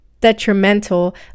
detrimental